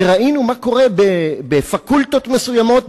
וראינו מה קורה בפקולטות מסוימות,